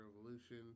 Revolution